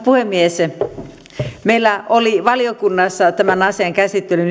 puhemies meillä oli valiokunnassa tämän asian käsittelyn